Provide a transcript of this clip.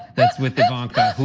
that's with ivanka.